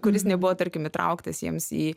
kuris nebuvo tarkim įtrauktas jiems į